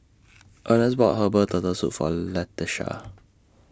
Earnest bought Herbal Turtle Soup For Latesha